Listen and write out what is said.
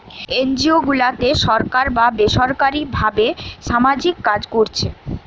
NGO গুলাতে সরকার বা বেসরকারী ভাবে সামাজিক কাজ কোরছে